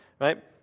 right